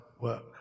work